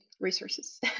resources